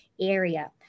area